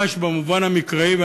ממש במובן המקראי,